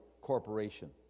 corporation